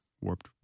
Warped